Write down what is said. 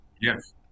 Yes